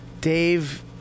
Dave